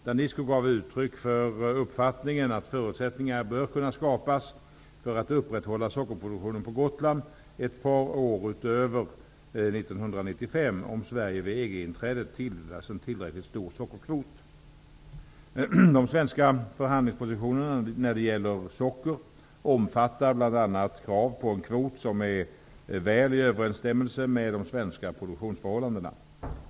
Danisco gav uttryck för uppfattningen att förutsättningar bör kunna skapas för att upprätthålla sockerproduktionen på Gotland ett par år utöver De svenska förhandlingspositionerna när det gäller socker omfattar bl.a. krav på en kvot som är väl i överensstämmelse med de svenska produktionsförhållandena.